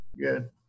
good